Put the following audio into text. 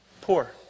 poor